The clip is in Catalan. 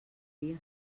dia